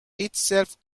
itself